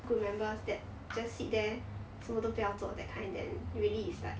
group members that just sit there 什么都不要做 that kind then really is like